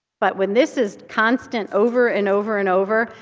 but when this is constant, over, and over, and over,